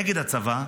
נגד הצבא,